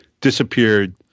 disappeared